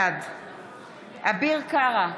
בעד אביר קארה,